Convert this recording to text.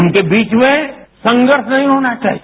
उनके बीच में संघर्ष नहीं होना चाहिए